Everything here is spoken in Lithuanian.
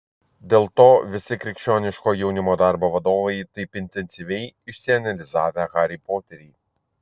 dėl to visi krikščioniško jaunimo darbo vadovai taip intensyviai išsianalizavę harį poterį